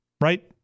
Right